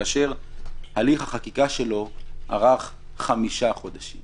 כאשר הליך החקיקה שלו ארך חמישה חודשים